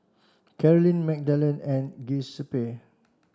Caroline Magdalen and Giuseppe